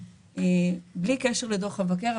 בלי קשר לדוח המבקר,